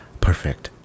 Perfect